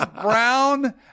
brown